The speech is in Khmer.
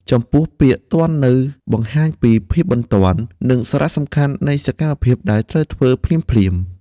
ចំពោះពាក្យ ទាន់នៅ បង្ហាញពីភាពបន្ទាន់ និងសារៈសំខាន់នៃសកម្មភាពដែលត្រូវធ្វើភ្លាមៗ។